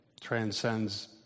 transcends